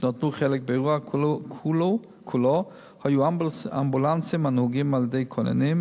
שנטלו חלק באירוע כולו היו אמבולנסים הנהוגים על-ידי כוננים.